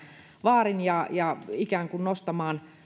vaarin ja ja ikään kuin nostamaan